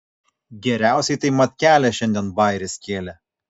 geriausiai tai matkelė šiandien bajerį skėlė